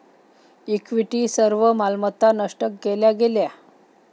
equity सर्व मालमत्ता नष्ट केल्या गेल्या